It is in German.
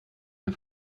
ihr